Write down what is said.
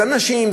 זה אנשים,